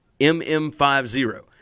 MM50